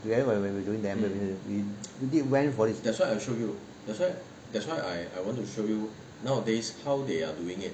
原以为 where we doing them in the went for forty that's why I show you that's why that's why I wanted to show you nowadays how they are doing it